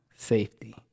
Safety